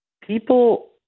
people